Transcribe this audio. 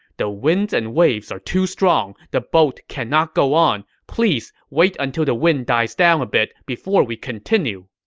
the winds and waves are too strong, the boat cannot go on. please wait until the wind dies down a bit before we continue.